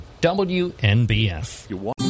WNBF